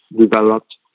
developed